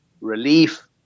relief